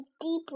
deeply